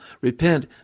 repent